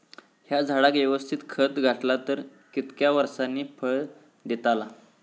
हया झाडाक यवस्तित खत घातला तर कितक्या वरसांनी फळा दीताला?